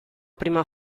prima